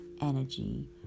energy